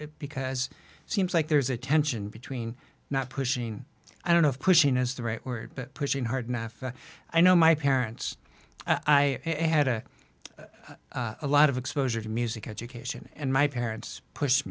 there because it seems like there's a tension between not pushing i don't know if pushing is the right word but pushing hard math i know my parents i had a lot of exposure to music education and my parents pushed